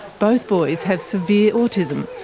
both boys have severe autism,